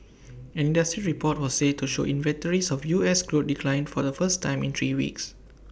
industry report was said to show inventories of U S crude declined for the first time in three weeks